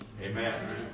Amen